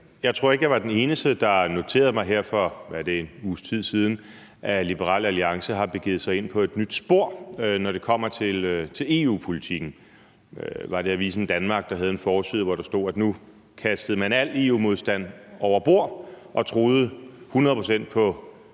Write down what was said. Jeg tror ikke, at jeg var den eneste, der noterede mig her for nok en uges tid siden, at Liberal Alliance har begivet sig ind på et nyt spor, når det kommer til EU-politikken. Var det Avisen Danmark, der havde en forside, hvor der stod, at nu kastede man al EU-modstand over bord og troede 100 pct. på det